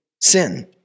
sin